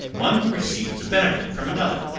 one who receives a benefit from another,